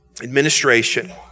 administration